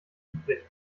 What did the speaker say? üblich